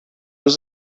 was